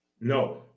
No